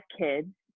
kids